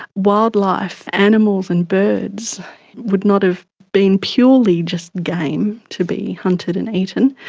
wildlife, animals and birds would not have been purely just game to be hunted and eaten,